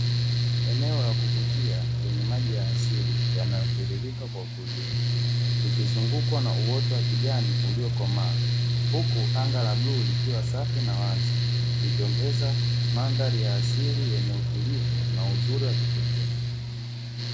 Eneo la kuvutia lenye maji ya asili yanayotiririka kwa utulivu, yakizungukwa na uoto wa kijani, uliokomaa, huku anga la bluu likiwa safi na wazi likiongeza mandhari ya asili yenye utulivu na uzuri wa miundombinu.